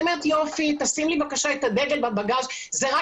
אני אומרת,